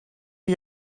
you